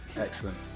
excellent